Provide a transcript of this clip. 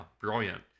Brilliant